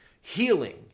Healing